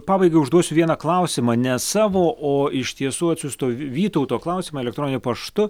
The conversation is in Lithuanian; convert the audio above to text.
pabaigai užduosiu vieną klausimą ne savo o iš tiesų atsiųsto vytauto klausimą elektroniniu paštu